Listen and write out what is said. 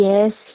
Yes